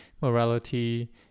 morality